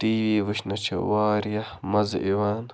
T وی وٕچھنَس چھِ واریاہ مَزٕ یِوان